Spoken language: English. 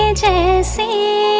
and to say